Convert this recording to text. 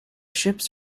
ships